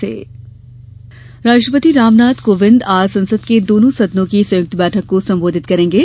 राष्ट्रपति संबोधन राष्ट्रपति रामनाथ कोविंद आज संसद के दोनों सदनों की संयुक्त बैठक को संबोधित करेंगे